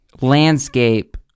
landscape